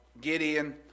Gideon